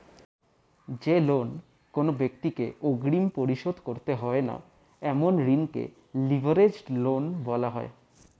যে লোন কোনো ব্যাক্তিকে অগ্রিম পরিশোধ করতে হয় না এমন ঋণকে লিভারেজড লোন বলা হয়